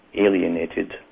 alienated